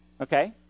Okay